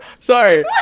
Sorry